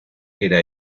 era